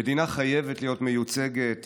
המדינה חייבת להיות מיוצגת,